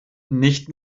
nicht